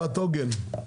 קבוצת עוגן.